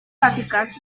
básicas